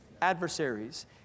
Adversaries